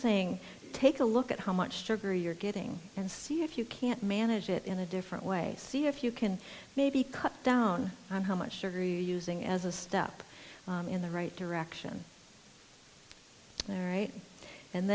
saying take a look at how much sugar you're getting and see if you can't manage it in a different way see if you can maybe cut down on how much sugary using as a step in the right direction there right and